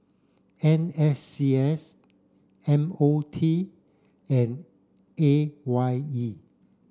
N S C S M O T and A Y E